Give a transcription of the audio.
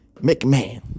McMahon